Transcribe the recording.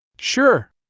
sure